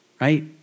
right